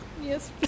Yes